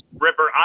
Ripper